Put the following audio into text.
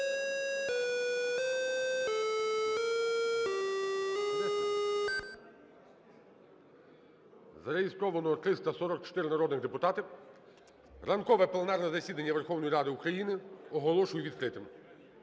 Зареєстровано 344 народних депутати. Ранкове пленарне засідання Верховної Ради України оголошую відкритим.